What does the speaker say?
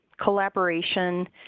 Collaboration